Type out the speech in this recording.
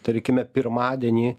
tarkime pirmadienį